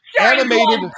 animated